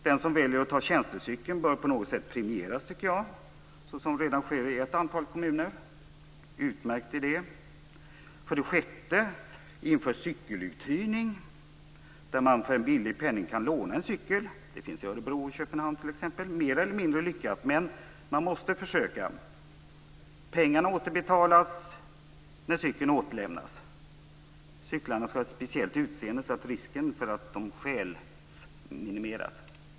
Den som väljer att ta tjänstecykel skall på något sätt premieras, tycker jag, såsom redan sker i ett antal kommuner. Det är en utmärkt idé. För det sjätte föreslår jag införande av cykeluthyrning där man för en billig penning kan låna en cykel. Det här finns t.ex. i Örebro och Köpenhamn och är mer eller mindre lyckat, men man måste försöka. Pengarna återbetalas när cykeln återlämnas. Cyklarna skall ha ett speciellt utseende så att risken för att de stjäls minimeras.